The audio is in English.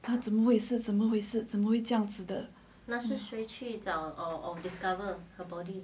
他怎么会是怎么回事怎么会这样子的